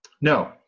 No